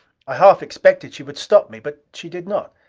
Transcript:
i half expected she would stop me, but she did not.